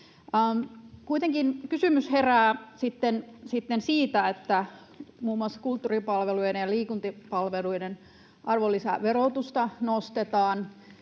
Kuitenkin kysymys herää sitten siitä, että muun muassa kulttuuripalveluiden ja liikuntapalveluiden arvonlisäverotusta nostetaan.